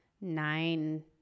nine